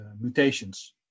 mutations